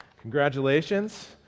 Congratulations